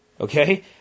Okay